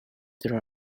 there